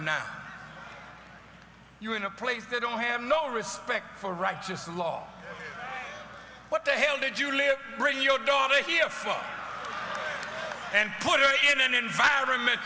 now you're in a place they don't have no respect for right just law what the hell did you live bring your daughter here for and put her in an environment